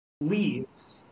leaves